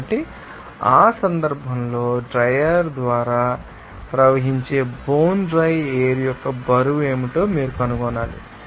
కాబట్టి ఆ సందర్భంలో డ్రైయర్ ద్వారా ప్రవహించే బోన్ డ్రై ఎయిర్ యొక్క బరువు ఏమిటో మీరు కనుగొనాలి